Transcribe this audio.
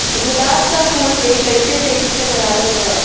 गुलाब क फूल के कइसे तेजी से बढ़ावल जा?